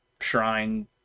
shrine